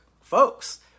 folks